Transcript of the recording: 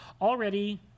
Already